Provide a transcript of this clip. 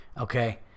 Okay